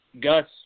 Gus